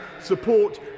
support